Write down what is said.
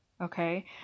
Okay